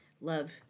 love